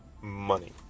money